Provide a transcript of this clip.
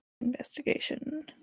investigation